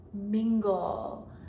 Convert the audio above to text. mingle